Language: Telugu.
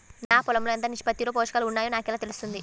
నా పొలం లో ఎంత నిష్పత్తిలో పోషకాలు వున్నాయో నాకు ఎలా తెలుస్తుంది?